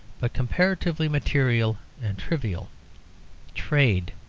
but comparatively material and trivial trade,